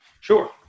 Sure